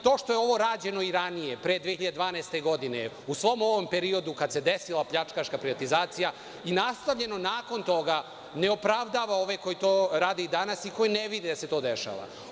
To što je ovo rađeno i ranije, pre 2012. godine, u svom ovom periodu kad se desila pljačkaška privatizacija i nastavljeno nakon toga, ne opravdava ove koji to rade i danas i koji ne vide da se to dešava.